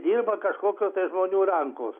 dirba kažkokių tai žmonių rankos